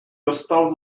dostal